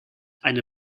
eine